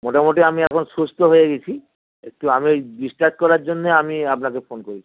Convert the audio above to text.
মোটামুটি আমি এখন সুস্থ হয়ে গিয়েছি একটু আমি করার জন্যে আমি আপনাকে ফোন করছি